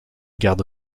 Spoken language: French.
garde